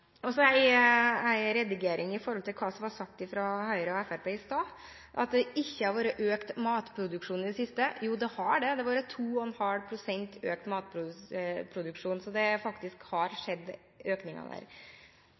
redigering når det gjelder hva som ble sagt fra Høyre og Fremskrittspartiet i sted om at det ikke har vært økning i matproduksjonen i det siste: Jo, det har vært det. Det har vært 2,5 pst. økning i matproduksjonen. Det har faktisk vært en økning der.